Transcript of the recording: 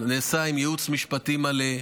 ונעשה עם ייעוץ משפטי מלא,